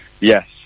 yes